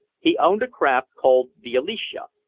he owned a craft called the alicia,